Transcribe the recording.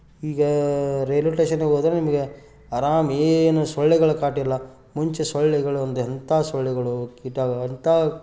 ಈಗ ರೈಲ್ವೆ ಟೇಷನಿಗೆ ಹೋದ್ರೆ ನಿಮಗೆ ಆರಾಮ್ ಏನು ಸೊಳ್ಳೆಗಳ ಕಾಟವಿಲ್ಲ ಮುಂಚೆ ಸೊಳ್ಳೆಗಳೊಂದು ಎಂಥ ಸೊಳ್ಳೆಗಳು ಕೀಟ ಅಂತ